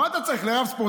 למה אתה צריך, לרב ספורטז'?